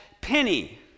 Penny